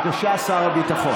בבקשה, שר הביטחון.